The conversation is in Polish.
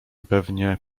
pewnie